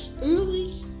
Early